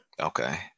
Okay